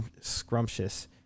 scrumptious